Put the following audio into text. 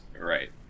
Right